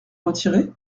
retiré